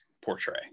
portray